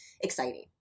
exciting